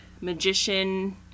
magician